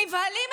נבהלים.